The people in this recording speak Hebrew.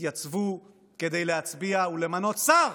ותתייצבו כדי להצביע ולמנות שר